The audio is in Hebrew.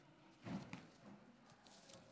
מתי דאגת לתקציבים של המוכר שאינו רשמי שאת מבקשת לשלול